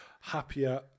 happier